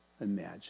imagine